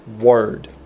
word